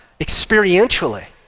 experientially